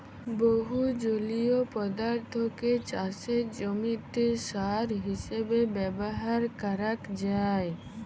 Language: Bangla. বহু জলীয় পদার্থকে চাসের জমিতে সার হিসেবে ব্যবহার করাক যায়